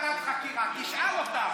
היא רוצה ועדת חקירה, תשאל אותה.